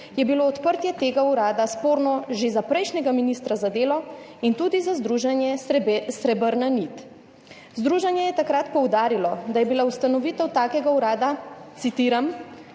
je bilo odprtje tega urada sporno že za prejšnjega ministra za delo in tudi za združenje Srebrna nit. Združenje je takrat poudarilo, da je bila ustanovitev takega urada, citiram,